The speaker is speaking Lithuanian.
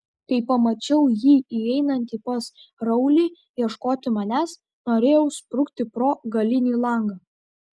kai pamačiau jį įeinantį pas raulį ieškoti manęs norėjau sprukti pro galinį langą